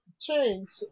change